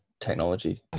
technology